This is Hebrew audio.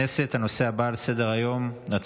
12 בעד, אין מתנגדים, אין נמנעים.